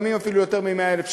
לפעמים אפילו יותר מ-100,000 שקל,